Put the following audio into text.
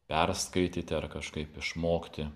perskaityti ar kažkaip išmokti